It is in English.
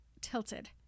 tilted